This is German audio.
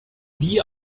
wie